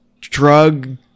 drug